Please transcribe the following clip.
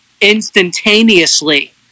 instantaneously